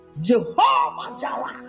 Jehovah